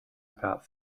about